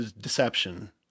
deception